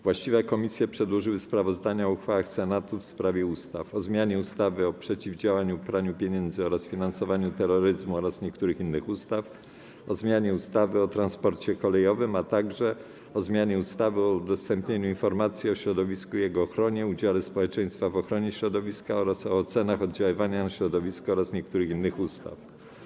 Właściwe komisje przedłożyły sprawozdania o uchwałach Senatu w sprawie ustaw: - o zmianie ustawy o przeciwdziałaniu praniu pieniędzy oraz finansowaniu terroryzmu oraz niektórych innych ustaw, - o zmianie ustawy o transporcie kolejowym, - o zmianie ustawy o udostępnianiu informacji o środowisku i jego ochronie, udziale społeczeństwa w ochronie środowiska oraz o ocenach oddziaływania na środowisko oraz niektórych innych ustaw.